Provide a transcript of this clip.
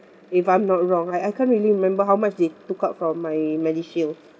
if I'm not wrong I I can't really remember how much they took out from my medishield